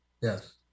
Yes